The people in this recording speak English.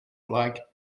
like